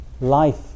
life